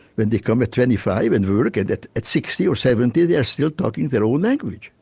when they come at twenty five and work, and at at sixty or seventy they are still talking their old language.